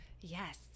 Yes